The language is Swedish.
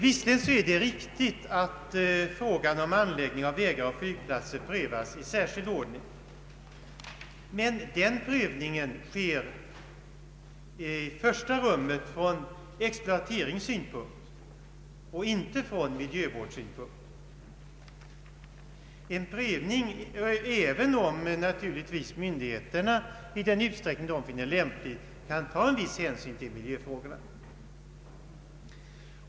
Visserligen är det riktigt att frågan om anläggning av vägar och flygplatser prövas i särskild ordning, men den prövningen sker i första rummet från exploateringssynpunkt och icke från miljövårdssynpunkt, även om naturligtvis myndigheterna i den utsträckning de finner lämpligt kan ta en viss hänsyn till miljöfrågorna.